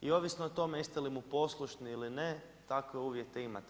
I ovisno o tome jeste li mu poslušni ili ne takve uvjete imate.